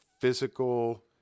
physical